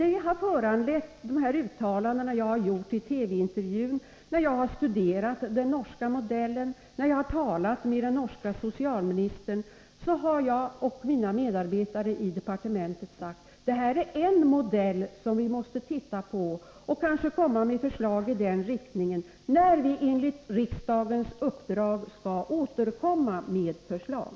Efter att ha studerat den norska modellen och talat med den norske socialministern har jag, liksom mina medarbetare i departementet, sagt: Det här är en modell som vi måste titta på och kanske komma med förslag som går i denna riktning när vi enligt riksdagens uppdrag skall utarbeta ett förslag.